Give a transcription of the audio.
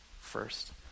first